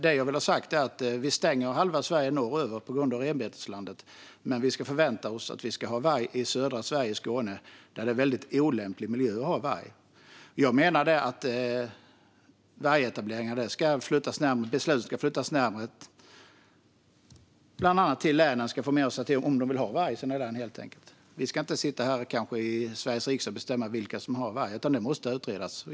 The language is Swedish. Det jag vill ha sagt är att vi stänger halva Sverige norröver på grund av renbeteslandet men att vi ska förvänta oss att ha varg i södra Sverige och Skåne, som är en väldigt olämplig miljö att ha varg i. Jag menar att beslut om vargetableringar ska flyttas närmare länen och att dessa ska få mer att säga till om när det gäller om de vill ha varg. Vi ska inte sitta här, kanske i Sveriges riksdag, och bestämma vilka som ska ha varg, utan detta måste utredas.